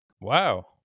wow